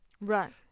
Right